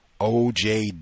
OJ